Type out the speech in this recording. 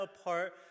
apart